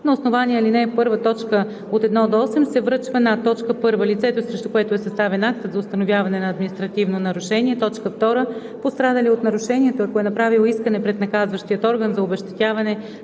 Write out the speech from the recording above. на основание ал. 1, т. 1 – 8, се връчва на: 1. лицето, срещу което е съставен актът за установяване на административно нарушение; 2. пострадалия от нарушението, ако е направил искане пред наказващия орган за обезщетяване